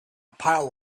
pile